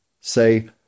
say